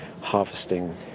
harvesting